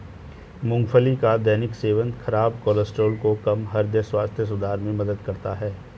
मूंगफली का दैनिक सेवन खराब कोलेस्ट्रॉल को कम, हृदय स्वास्थ्य सुधार में मदद करता है